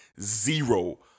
zero